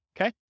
Okay